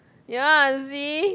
ya see